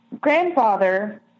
grandfather